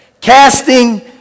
Casting